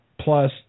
plus